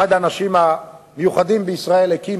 אחד האנשים המיוחדים בישראל, הקים